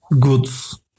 goods